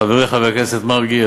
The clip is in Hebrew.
חברי חבר הכנסת מרגי,